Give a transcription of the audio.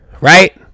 Right